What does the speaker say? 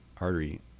artery